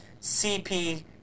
CP